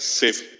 safe